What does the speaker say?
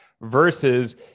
versus